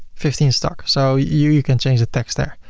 fifty in stock. so you you can change the text there,